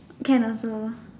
can also